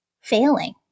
failing